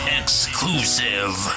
exclusive